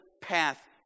path